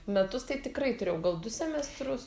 metus tai tikrai turėjau gal du semestrus